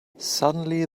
suddenly